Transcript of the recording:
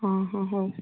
ହଁ ହଁ ହଉ